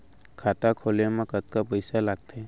खाता खोले मा कतका पइसा लागथे?